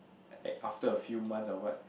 after a few months or what